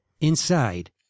Inside